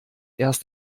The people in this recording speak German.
erst